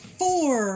four